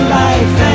life